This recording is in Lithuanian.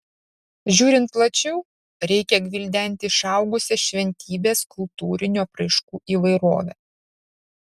žiūrint plačiau reikia gvildenti išaugusią šventybės kultūrinių apraiškų įvairovę